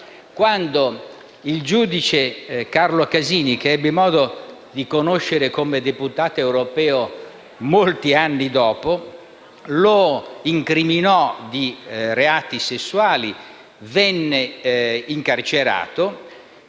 quando il giudice Carlo Casini (che io ebbi modo di conoscere come deputato europeo molti anni dopo) lo incriminò di reati sessuali. Egli viene incarcerato